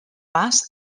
pas